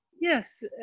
yes